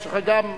יש לך גם,